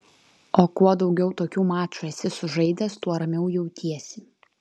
o kuo daugiau tokių mačų esi sužaidęs tuo ramiau jautiesi